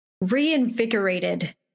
reinvigorated